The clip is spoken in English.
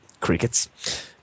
crickets